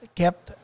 kept